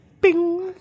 bing